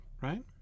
right